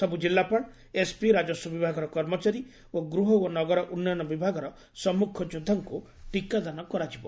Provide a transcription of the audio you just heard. ସବୁ ଜିଲ୍ଲାପାଳ ଏସ୍ପି ରାଜସ୍ୱ ବିଭାଗର କର୍ମଚାରୀ ଓ ଗିହ ଓ ନଗର ଉନ୍ନୟନ ବିଭାଗର ସମ୍ମୁଖ ଯୋଦ୍ଧାଙ୍କୁ ଟିକାଦାନ କରାଯିବ